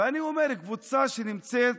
ואני אומר: קבוצה שנמצאת